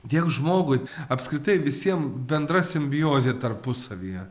dėl žmogui apskritai visiem bendra simbiozė tarpusavyje